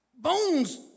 bones